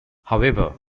however